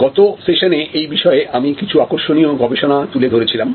গত সেশনে এই বিষয়ে আমি কিছু আকর্ষণীয় গবেষণা তুলে ধরেছিলাম